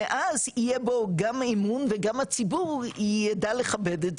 ואז יהיה בו גם אמון וגם הציבור ידע לכבד,